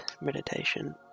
meditation